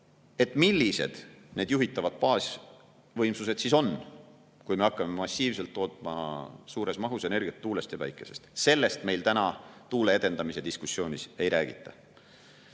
millised need juhitavad baasvõimsused siis on, kui me hakkame massiivselt tootma suures mahus energiat tuulest ja päikesest. Sellest täna tuule[energia] edendamise diskussioonis ei räägita.